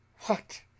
What